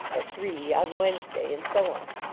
at three on wednesday, and so on.